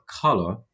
color